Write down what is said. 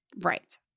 Right